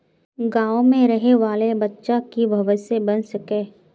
गाँव में रहे वाले बच्चा की भविष्य बन सके?